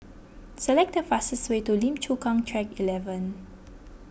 select the fastest way to Lim Chu Kang Track eleven